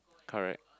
correct